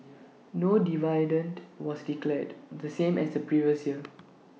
no dividend was declared the same as the previous year